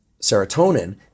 serotonin